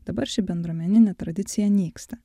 dabar ši bendruomeninė tradicija nyksta